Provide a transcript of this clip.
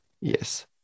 Yes